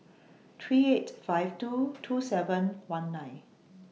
three eight five two two seven one nine